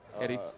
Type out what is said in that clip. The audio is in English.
Eddie